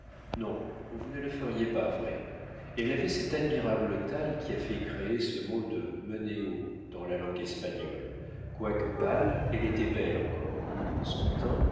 non vous ne la feriez pas vraie elle avait cette admirable taille qui a fait créer ce mot de meného dans la langue espagnole quoique pâle elle était belle encore son teint